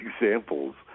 examples